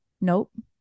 Nope